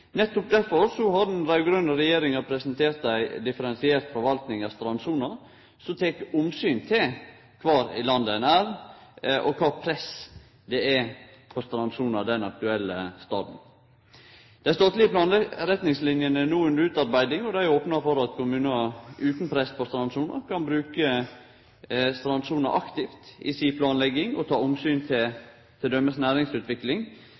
Nettopp derfor har den raud-grøne regjeringa presentert ei differensiert forvaltning av strandsona som tek omsyn til kvar i landet ein er, og kva press det er på strandsona den aktuelle staden. Dei statlege planretningslinene er no under utarbeiding. Dei opnar for at kommunar utan press på strandsona kan bruke strandsona aktivt i planlegginga si og ta omsyn til t.d. næringsutvikling.